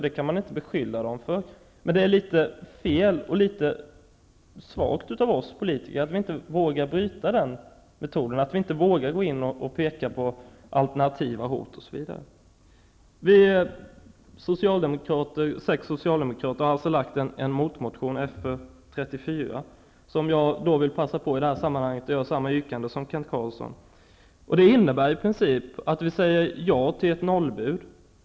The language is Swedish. Det kan man inte lasta dem för. Men det är litet fel och svagt av oss politiker att vi inte vågar bryta den metoden och att vi inte vågar gå in och peka på alternativa hot osv. Vi är sex socialdemokrater som har lagt en motmotion Fö34. Jag vill passa på att i det här sammanhanget göra samma yrkande som Kent Carlsson. Det innebär i princip att vi säger ja till ett nollbud.